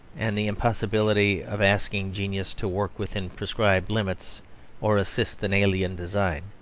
and the impossibility of asking genius to work within prescribed limits or assist an alien design.